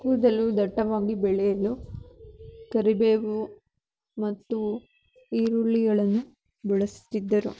ಕೂದಲು ದಟ್ಟವಾಗಿ ಬೆಳೆಯಲು ಕರಿಬೇವು ಮತ್ತು ಈರುಳ್ಳಿಗಳನ್ನು ಬಳಸುತ್ತಿದ್ದರು